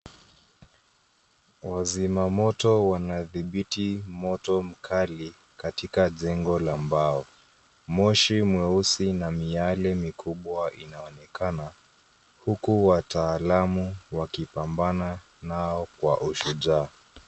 Wazimamoto wanadhibiti moto mkali katika jengo la mbao. Moshi mweusi na miale mikubwa inaonekana huku wataalamu wakipambana nao kwa ushujaa.